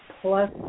plus